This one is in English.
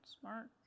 smart